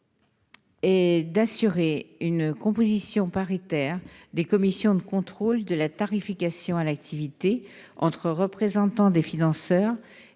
à assurer une composition paritaire des commissions de contrôle de la tarification à l'activité, entre représentants des financeurs